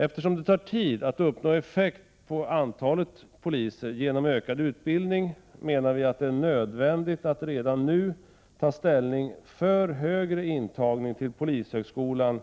Eftersom det tar tid att uppnå effekt på antalet poliser genom ökad utbildning, menar vi att det är nödvändigt att redan nu ta ställning för högre intagning till polishögskolan